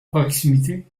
proximité